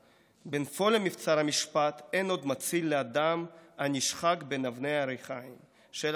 בנפול מבצר המשפט אין עוד מציל לאדם הנשחק בין אבני הריחיים של השררה".